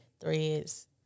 Threads